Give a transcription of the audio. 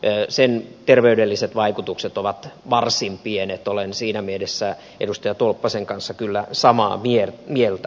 sen terveydelliset vaikutukset ovat varsin pienet olen siinä mielessä edustaja tolppasen kanssa kyllä samaa mieltä